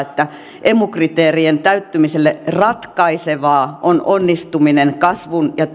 esimerkiksi että emu kriteerien täyttymisessä ratkaisevaa on onnistuminen kasvua ja